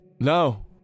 No